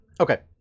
okay